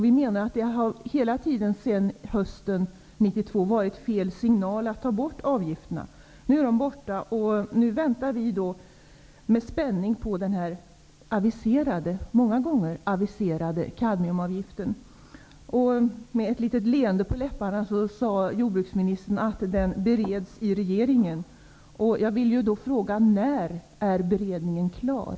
Vi menar att det hela tiden sedan hösten 1992 har varit fel signal att ta bort avgifterna. Nu är de borta och vi väntar med spänning på den många gånger aviserade kadmiumavgiften. Med ett litet leende på läpparna sade jordbruksministern att den bereds i regeringen. Jag vill då fråga: När är beredningen klar?